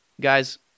Guys